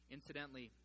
Incidentally